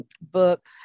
book